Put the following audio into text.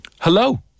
Hello